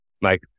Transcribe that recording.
Mike